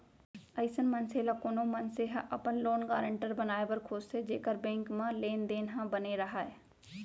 अइसन मनसे ल कोनो मनसे ह अपन लोन गारेंटर बनाए बर खोजथे जेखर बेंक मन म लेन देन ह बने राहय